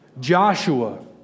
Joshua